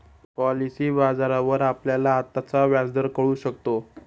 policy बाजारावर आपल्याला आत्ताचा व्याजदर कळू शकतो